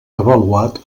avaluat